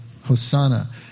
Hosanna